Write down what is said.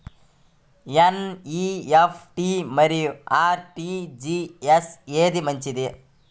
NEFT మరియు RTGS ఏది మంచిది?